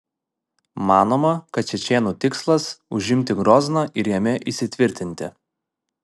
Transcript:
manoma kad čečėnų tikslas užimti grozną ir jame įsitvirtinti